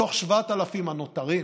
מתוך 7,000 הנותרים,